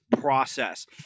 process